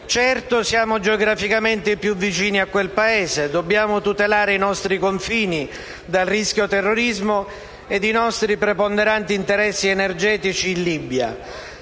Certo, siamo geograficamente i più vicini a quel Paese, dobbiamo tutelare i nostri confini dal rischio terrorismo e i nostri preponderanti interessi energetici in Libia.